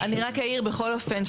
אני רק אעיר בכל אופן,